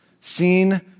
Seen